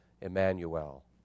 Emmanuel